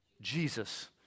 Jesus